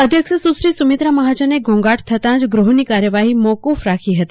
અધ્યક્ષ સુશ્રી સુમિત્રા મહાજનને ઘોધાટ થતાં જ ગુહની કાર્યવાહી મોક્રક રાખી હતી